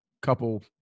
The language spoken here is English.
couple